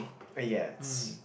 a yes